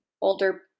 older